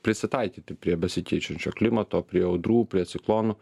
prisitaikyti prie besikeičiančio klimato prie audrų prie ciklonų